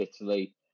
Italy